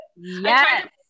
yes